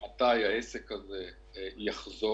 מתי העסק הזה יחזור,